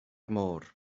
môr